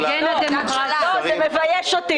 זה מבייש אותי.